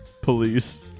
police